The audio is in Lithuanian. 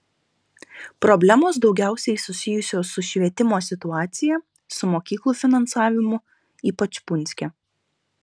problemos daugiausiai susijusios su švietimo situacija su mokyklų finansavimu ypač punske